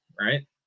Right